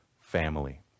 family